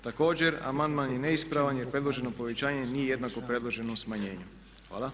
Također, amandman je neispravan jer predloženo povećanje nije jednako predloženo smanjenju.